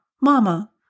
Mama